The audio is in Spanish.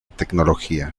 tecnología